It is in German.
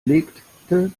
legte